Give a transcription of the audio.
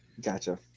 Gotcha